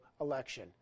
election